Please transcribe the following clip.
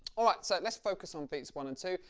alright, so let's focus on beats one and two,